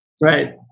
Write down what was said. Right